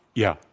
yeah,